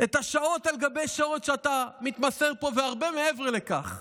את השעות על גבי שעות שאתה מתמסר פה והרבה מעבר לכך.